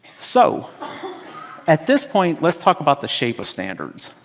so at this point, let's talk about the shape of standards.